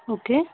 okay